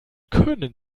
können